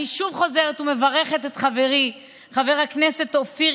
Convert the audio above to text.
אני שוב חוזרת ומברכת את חברי חבר הכנסת אופיר